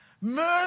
mercy